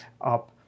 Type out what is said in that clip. up